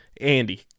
Andy